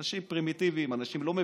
אנשים פרימיטיביים, אנשים לא מבינים.